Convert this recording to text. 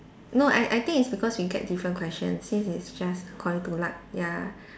no I I think it's because we get different questions since it's just according to luck ya